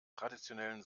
traditionellen